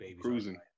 cruising